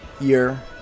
year